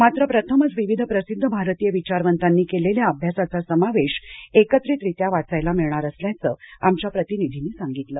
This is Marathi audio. मात्र प्रथमच विविध प्रसिद्ध भारतीय विचारवंतांनी केलेल्या अभ्यासाचा समावेश एकत्रितरित्या वाचायला मिळणार असल्याचं आमच्या प्रतिनिधीनं सांगितलं